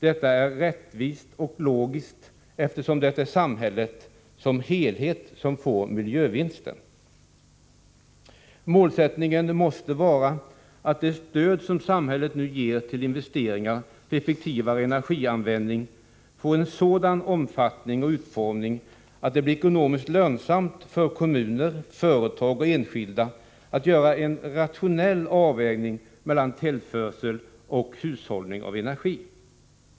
Det är rättvist och logiskt, eftersom det är samhället som helhet som får ”miljövinsten”. Målsättningen måste vara att det stöd som samhället nu ger till investeringar för effektivare energianvändning får en sådan omfattning och utformning att det blir ekonomiskt lönsamt för kommuner, företag och enskilda att göra en rationell avvägning mellan tillförsel och hushållning av energi.